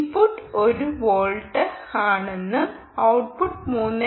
input ഒരു volt ആണെന്നും output 3